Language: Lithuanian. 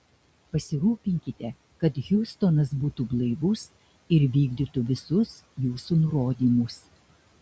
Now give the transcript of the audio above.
pasirūpinkite kad hiustonas būtų blaivus ir vykdytų visus jūsų nurodymus